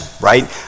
right